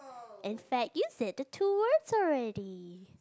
and fact you said the two words already